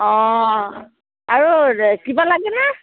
অঁ আৰু কিবা লাগেনে